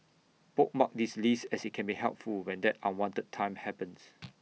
bookmark this list as IT can be helpful when that unwanted time happens